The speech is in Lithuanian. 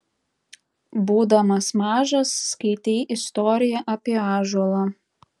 būdamas mažas skaitei istoriją apie ąžuolą